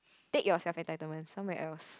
take your self entitlement somewhere else